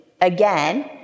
again